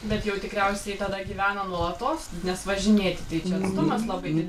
bet jau tikriausiai tada gyvena nuolatos nes važinėti tai čia atstumas labai di